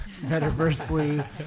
metaversely